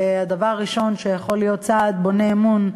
והדבר הראשון שיכול להיות צעד בונה אמון,